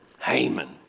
Haman